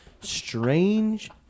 Strange